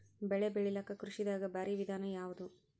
ಬೆಳೆ ಬೆಳಿಲಾಕ ಕೃಷಿ ದಾಗ ಭಾರಿ ವಿಧಾನ ಯಾವುದು?